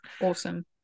Awesome